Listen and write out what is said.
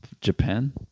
Japan